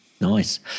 Nice